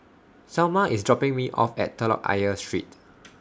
Salma IS dropping Me off At Telok Ayer Street